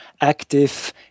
active